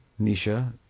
Nisha